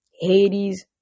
Hades